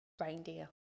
reindeer